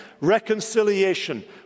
Reconciliation